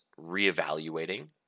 reevaluating